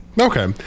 Okay